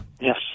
Yes